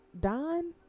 Don